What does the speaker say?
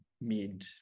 mid